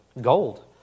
gold